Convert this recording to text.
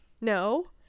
No